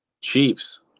Chiefs